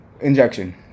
Injection